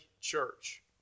church